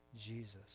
Jesus